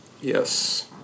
Yes